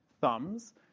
thumbs